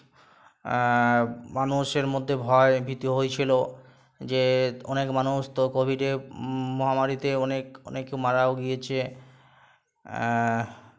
মানুষের মধ্যে ভয় ভীতি হয়েছিলো যে অনেক মানুষ তো কোভিডে মহামারিতে অনেক অনেকে মারাও গিয়েছে